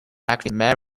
actress